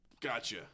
Gotcha